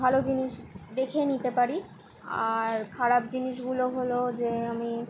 ভালো জিনিস দেখে নিতে পারি আর খারাপ জিনিসগুলো হলো যে আমি